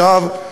עכשיו,